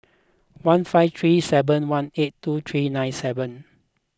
one five three seven one eight two three nine seven